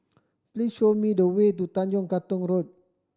please show me the way to Tanjong Katong Road